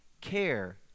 care